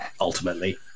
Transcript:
ultimately